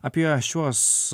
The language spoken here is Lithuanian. apie šiuos